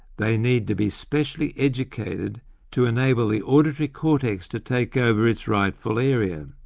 they need to be specially educated to enable the auditory cortex to take over its rightful area.